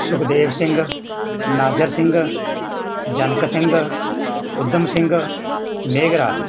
Sukhdev Singh Najar Singh Janak Singh Udham Singh Meghraj